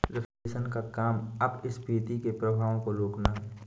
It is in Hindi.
रिफ्लेशन का काम अपस्फीति के प्रभावों को रोकना है